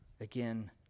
again